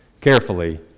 carefully